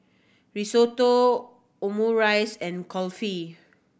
Risotto Omurice and Kulfi